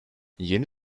yeni